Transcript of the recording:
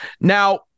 Now